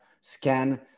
scan